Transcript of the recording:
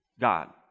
God